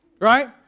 Right